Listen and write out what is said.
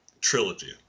trilogy